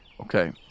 Okay